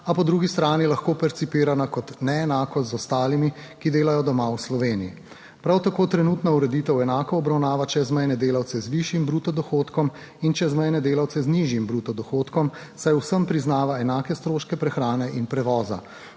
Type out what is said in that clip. a po drugi strani lahko percipirana kot neenakost z ostalimi, ki delajo doma v Sloveniji. Prav tako trenutna ureditev enako obravnava čezmejne delavce z višjim bruto dohodkom in čezmejne delavce z nižjim bruto dohodkom, saj vsem priznava enake stroške prehrane in prevoza.